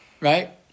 right